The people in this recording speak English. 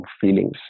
feelings